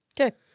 Okay